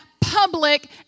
public